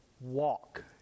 walk